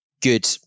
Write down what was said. good